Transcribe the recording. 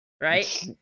right